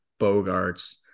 Bogarts